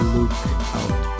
Lookout